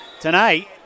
tonight